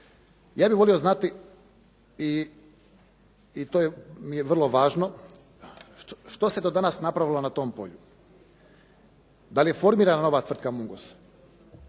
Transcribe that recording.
Ja bih volio znati i to mi je vrlo važno što se do danas napravilo na tom polju. Da li je formirana nova tvrtka “Mungos“?